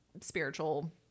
spiritual